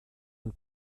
une